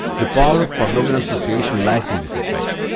the power of pavlovian association lies in this effect.